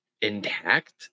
intact